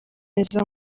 neza